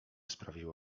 sprawiło